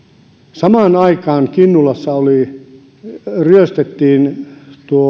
samaan aikaan kinnulassa ryöstettiin